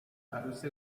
عروس